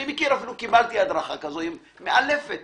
אני מכיר, אפילו קיבלתי הדרכה כזאת, היא מאלפת